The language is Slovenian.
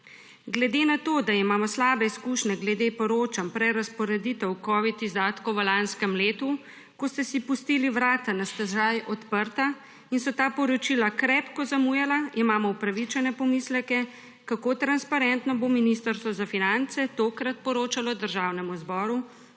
Glede na to, da imamo slabe izkušnje glede poročanj prerazporeditev izdatkov za covid v lanskem letu, ko ste si pustili vrata na stežaj odprta in so ta poročila krepko zamujala, imamo upravičene pomisleke, kako transparentno bo Ministrstvo za finance tokrat poročalo Državnemu zboru